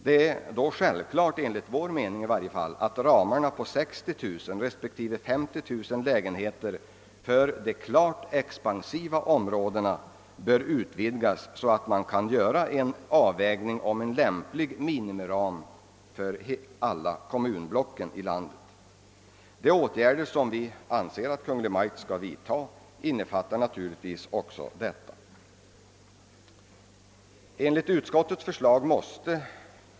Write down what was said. Det är då enligt vår mening självklart att ramarna på 60 009 respektive 50 000 lägenheter för de klart expansiva områdena bör utvidgas så att man kan göra en lämplig avvägning av minimiramen för alla kommunblock i landet. De åtgärder som vi anser att Kungl. Maj:t skall vidta innefattar naturligtvis också detta.